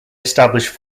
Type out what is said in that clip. established